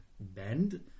Bend